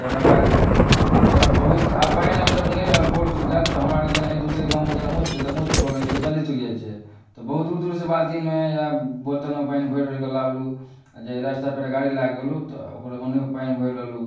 तकर बाद आओर तकर बाद बहुत आब पानि जब नहि रहल कल सुखि गेल तऽ हमरा आओरके जेना एक दोसराके गाममे जेना उँच जतऽ उँचपर कल रहै छै ओतऽ जल्दी सुखि जाइ छै तऽ बहुत दूर दूरसँ बाल्टिनमे या बोतलमे पानि भरि भरिकऽ लाबलहुँ आओर जे रस्ता पेड़ा गाड़ी लऽ कऽ गेलहुँ ओकरो ओन्ने पानि भरि लेलहुँ